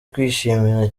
kwishimirwa